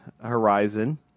horizon